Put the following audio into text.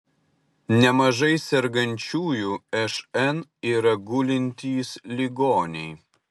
nemažai sergančiųjų šn yra gulintys ligoniai